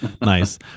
Nice